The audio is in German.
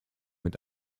mit